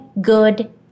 good